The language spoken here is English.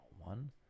One